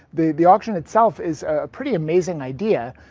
the the auction itself is a pretty amazing idea.